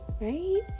right